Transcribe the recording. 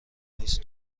نیست